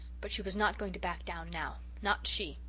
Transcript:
but she was not going to back down now not she.